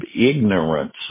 ignorance